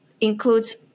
includes